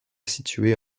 situé